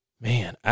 Man